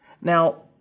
Now